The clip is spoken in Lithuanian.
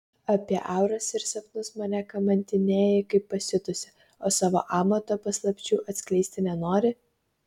apie auras ir sapnus mane kamantinėji kaip pasiutusi o savo amato paslapčių atskleisti nenori